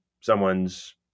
someone's